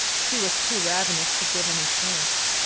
she was too ravenous to give any thanks,